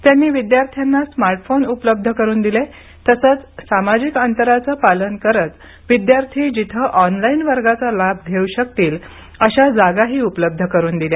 त्यांनी विद्यार्थ्यांना स्मार्टफोन उपलब्ध करुन दिले तसंच सामाजिक अंतराचं पालन करत विद्यार्थी जिथं ऑनलाइन वर्गाचा लाभ घेऊ शकतील अशा जागा उपलब्ध करुन दिल्या